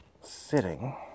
sitting